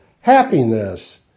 happiness